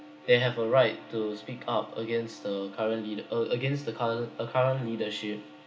they have a right to speak up against the current leader uh against the current a current leadership